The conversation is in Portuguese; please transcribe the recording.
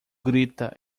grita